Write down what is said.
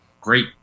great